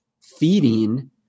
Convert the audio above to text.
feeding